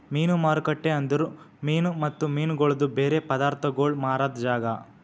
ಮೀನು ಮಾರುಕಟ್ಟೆ ಅಂದುರ್ ಮೀನು ಮತ್ತ ಮೀನಗೊಳ್ದು ಬೇರೆ ಪದಾರ್ಥಗೋಳ್ ಮಾರಾದ್ ಜಾಗ